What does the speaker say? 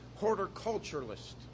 horticulturalist